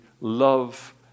love